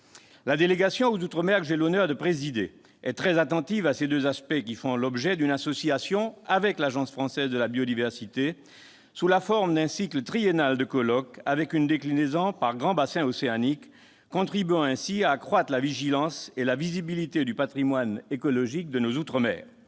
La délégation aux outre-mer, que j'ai l'honneur de présider, est très attentive à ces deux aspects, qui font l'objet d'une association avec l'Agence française pour la biodiversité, sous la forme d'un cycle triennal de colloques, avec une déclinaison par grand bassin océanique, contribuant ainsi à accroître la vigilance et à assurer la visibilité du patrimoine écologique ultramarin.